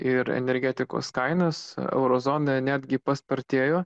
ir energetikos kainas euro zonoje netgi paspartėjo